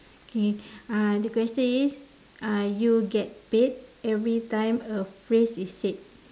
okay uh the question is uh you get paid everytime a phrase is said